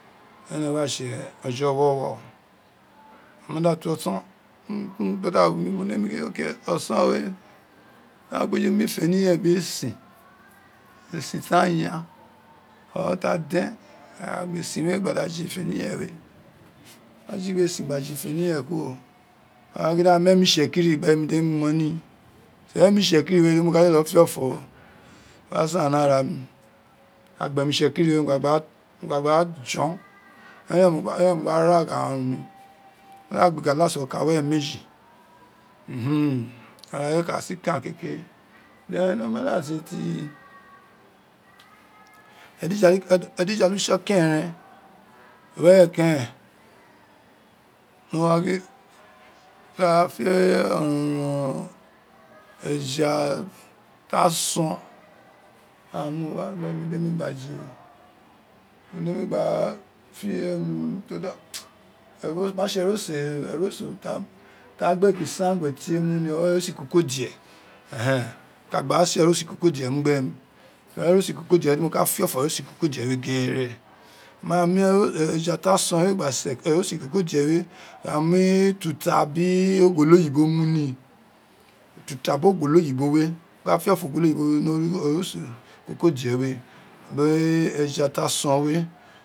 Eren wa tse owowo ojima da tọ ọsọn unin ki unu ti o ma da wu kay ti ọsọn we a nemi gba fenie bin esin esin ta yua or da den a wa da gba esin we agba je ifeni we a gba we esin gba jé kuro, a wa gin di a mu emen itsekin demi mon ni teni emon itsekiri we mo ka fiọfọ ro o ka san ni ara mo. agba mu itsekiri we ownu a gba jon eren mo gba ragha. arun uni mo ma da gba galas okan were me ji hmml ara we a da sinka kekire then o wo da tse ti ojijala ojukse-oberen mo wa re ra fe oron ron eja ta son mo wa o ma tsewenoso ta da ekpisangue muni eroso ikokodie wọ ka gba se eroso ibokodie uni gbe ni ten eroso ikokodie, de mi ka fiọfọ eroso ikokodie, we gene ma mi eja ta son we gba se eroso ikokodie we gbe mi ututa biri ogolo oyibo we gbu mi ututa biri egọlo oyibo we deni ka fiọfọ ogolo yibo ni eroso ikokodie we biri eja ta son we